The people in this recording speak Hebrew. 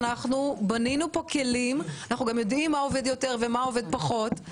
ובנינו כלים ואנחנו יודעים מה עובד יותר ומה פחות.